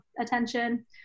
attention